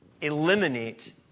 eliminate